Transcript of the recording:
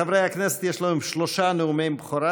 חברי הכנסת, יש לנו שלושה נאומי בכורה.